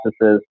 processes